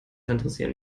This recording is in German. interessieren